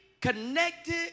connected